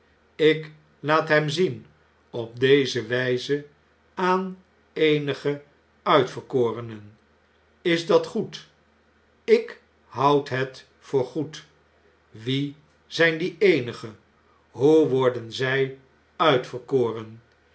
ik laat hem zien op deze wftze aan eenige uitverkorenen ls dat goed ik houd het voor goed wie zijn die eenige hoe worden zjj uitverkoren